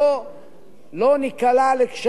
ואכן הדברים יבואו כבר לידי ביטוי.